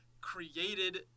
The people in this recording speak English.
created